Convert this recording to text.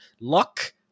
Luck